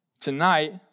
Tonight